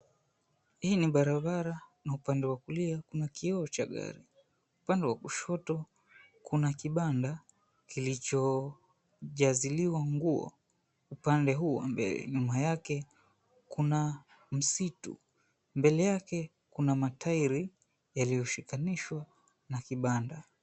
Hii ni barabara na upande wa kuli kuna kioo cha gari. Upande wa kushoto kuna kibanda kilichojaziliwa nguo upande huu wa mbele. Nyuma yake kuna msitu. Mbele yake kuna matairi yaliyoshikanishwa na kibanda.